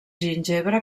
gingebre